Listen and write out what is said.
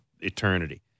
eternity